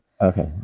Okay